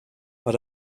but